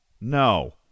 No